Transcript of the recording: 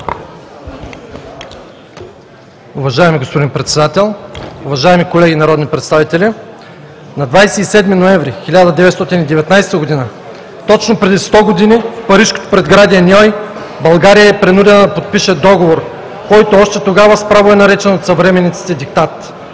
Уважаеми господин Председател, уважаеми колеги народни представители! На 27 ноември 1919 г. – точно преди 100 години, в парижкото предградие Ньой България е принудена да подпише договор, който още тогава с право е наречен от съвременниците – диктат.